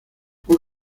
fue